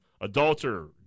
Adulterer